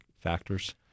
factors